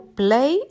play